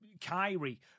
Kyrie